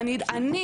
ואני,